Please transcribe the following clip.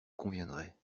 conviendrait